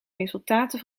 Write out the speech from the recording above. resultaten